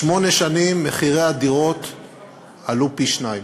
בשמונה שנים מחירי הדירות עלו פי-שניים.